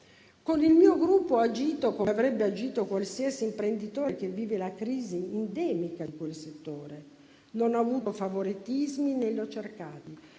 Con il mio gruppo ho agito come avrebbe agito qualsiasi imprenditore che vive la crisi endemica di quel settore. Non ho avuto favoritismi, né li ho cercati.